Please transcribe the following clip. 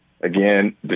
Again